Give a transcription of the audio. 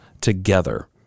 together